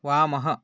वामः